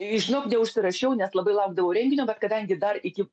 žinok neužsirašiau nes labai laukdavau renginio bet kadangi dar iki